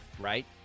right